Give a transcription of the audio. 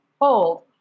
hold